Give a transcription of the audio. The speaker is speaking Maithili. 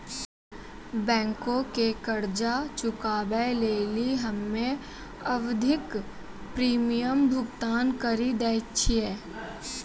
बैंको के कर्जा चुकाबै लेली हम्मे आवधिक प्रीमियम भुगतान करि दै छिये